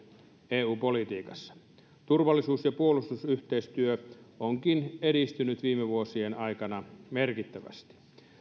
eu politiikassa turvallisuus ja puolustusyhteistyö onkin edistynyt viime vuosien aikana merkittävästi